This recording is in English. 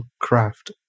craft